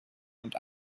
und